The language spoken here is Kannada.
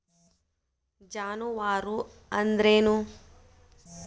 ಜಾನುವಾರು ಅಂದ್ರೇನು?